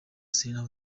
serena